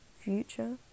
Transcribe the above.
future